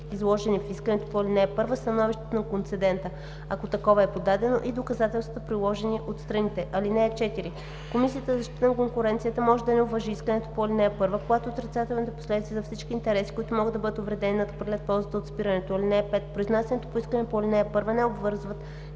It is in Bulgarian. изложени в искането по ал. 1, становището на концедента, ако такова е подадено, и доказателствата, приложени от страните. (4) Комисията за защита на конкуренцията може да не уважи искането по ал. 1, когато отрицателните последици за всички интереси, които могат да бъдат увредени, надхвърлят ползата от спирането. (5) Произнасянето по искането по ал. 1 не обвързва